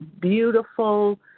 beautiful